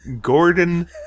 Gordon